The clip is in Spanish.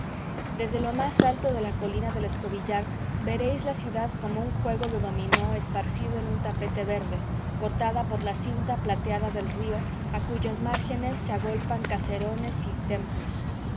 desde lo más alto de la colina del escobillar veréis la ciudad como un juego de dominó esparcido en un tapete verde cortada por la cinta plateada del río a cuyas márgenes se agolpan caserones y templos